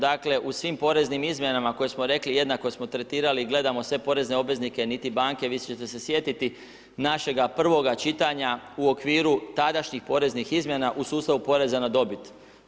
Dakle u svim poreznim izmjenama koje smo rekli, jednako smo tretirali i gledamo sve porezne obveznike, niti banke, vi ćete se sjetiti našega prvoga čitanja u okviru tadašnjih poreznih izmjena u sustavu poreza na dobit.